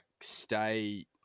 stay